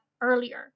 earlier